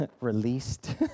released